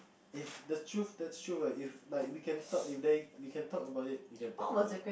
if the truth that's true right if like we can talk about it we can talk about it we can talk about it